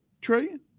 trillion